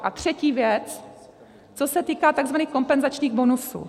A třetí věc, co se týká tzv. kompenzačních bonusů.